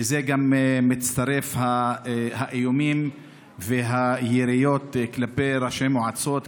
לזה מצטרפים האיומים והיריות כלפי ראשי מועצות,